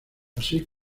así